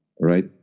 right